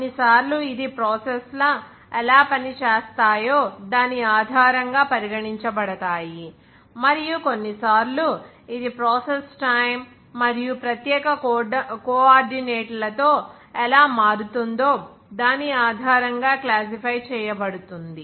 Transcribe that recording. కొన్నిసార్లు ఇది ప్రాసెస్ ల ఎలా పని చేస్తాయో దాని ఆధారంగా పరిగణించబడతాయి మరియు కొన్నిసార్లు ఇది ప్రాసెస్ టైమ్ మరియు ప్రత్యేక కోఆర్డినేట్లతో ఎలా మారుతుందో దాని ఆధారంగా క్లాసిఫై చేయబడుతుంది